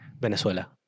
Venezuela